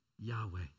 Yahweh